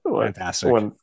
Fantastic